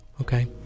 okay